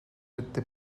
with